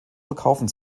verkaufen